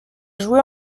joué